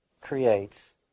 creates